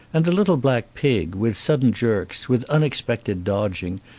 and the little black pig, with sudden jerks, with unexpected dodging,